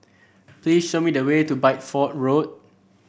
please show me the way to Bideford Road